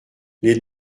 les